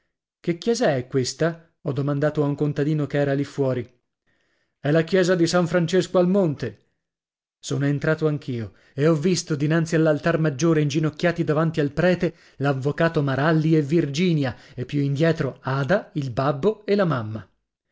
che chiesa è questa ho domandato a un contadino che era lì fuori è la chiesa di san francesco al monte sono entrato anch'io e ho visto dinanzi all'altar maggiore inginocchiati davanti al prete l'avvocato maralli e virginia e più indietro ada il babbo e la mamma